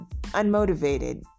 unmotivated